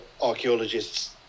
archaeologists